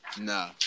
Nah